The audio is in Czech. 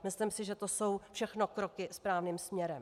Myslím si, že to jsou všechno kroky správným směrem.